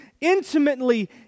intimately